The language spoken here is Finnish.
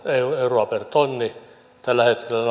euroa per tonni tällä hetkellä